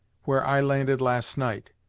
where i landed last night,